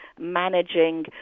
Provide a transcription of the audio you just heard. managing